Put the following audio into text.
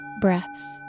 breaths